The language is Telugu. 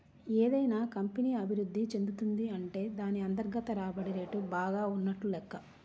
ఏదైనా కంపెనీ అభిరుద్ధి చెందుతున్నది అంటే దాన్ని అంతర్గత రాబడి రేటు బాగా ఉన్నట్లు లెక్క